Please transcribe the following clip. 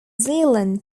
zealand